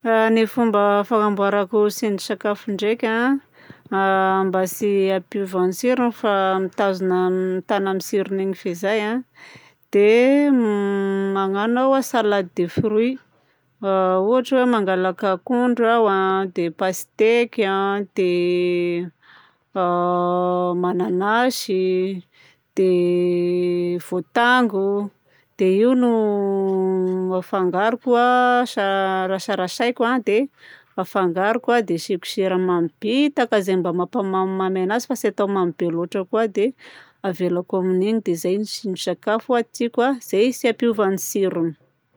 Raha ny fomba fanamboarako tsindrin-tsakafo ndraika a mba tsy hampiova ny tsirony fa mitazona mitana ny tsirony fizay a dia m managno aho salade de fruit a ohatra hoe mangalaka akondro aho a, dia pasiteky, dia a mananasy, dia voatango. Dia io no afangaroko a sa- rasarasaiko a dia afangaroko a dia asiako siramamy bitaka izay mampamamimamy anazy fa tsy atao mamy be loatra koa dia avelako amin'igny. Dia izay ny tsindrin-tsakafo tiako izay tsy hampiova ny tsirony.